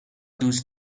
دوست